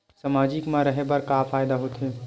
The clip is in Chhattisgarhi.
सामाजिक मा रहे बार का फ़ायदा होथे?